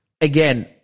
again